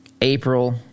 April